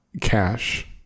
cash